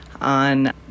on